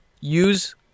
Use